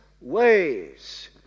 ways